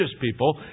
people